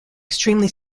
extremely